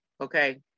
okay